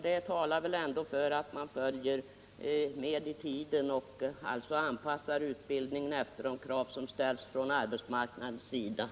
Det talar väl ändå för att man följer med sin tid och anpassar utbildningen efter de krav arbetsmarknaden ställer.